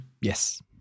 yes